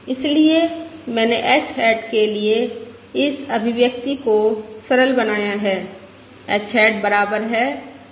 इसलिए मैंने h hat के लिए इस अभिव्यक्ति को सरल बनाया है h हैट बराबर है आकलन के